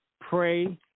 pray